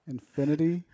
Infinity